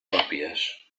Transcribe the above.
còpies